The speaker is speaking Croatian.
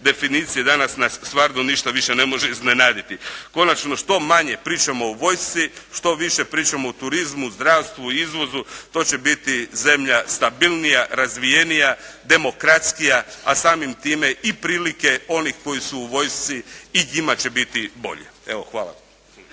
definicije danas nas stvarno više ništa ne može iznenaditi. Konačno što manje pričamo o vojsci, što više pričamo o turizmu, zdravstvu, izvozu to će biti zemlja stabilnija, razvijenija, demokratskija, a samim time i prilike onih koji su u vojsci i njima će biti bolje. Hvala.